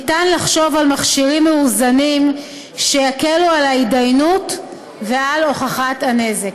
ניתן לחשוב על מכשירים מאוזנים שיקלו את ההתדיינות ואת הוכחת הנזק.